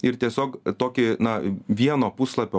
ir tiesiog tokį na vieno puslapio